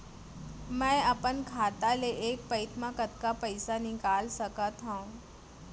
मैं अपन खाता ले एक पइत मा कतका पइसा निकाल सकत हव?